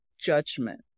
judgment